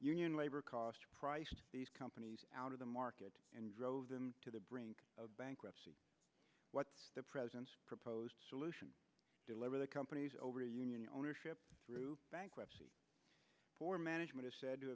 union labor cost price these companies out of the market and drove them to the brink of bankruptcy what the president proposed solution deliver the companies over union ownership through bankruptcy for management is said to